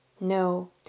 No